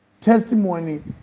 testimony